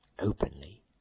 openly